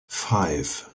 five